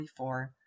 1944